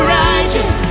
righteous